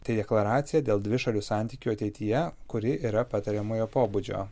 tai deklaracija dėl dvišalių santykių ateityje kuri yra patariamojo pobūdžio